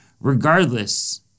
regardless